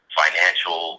financial